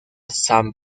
san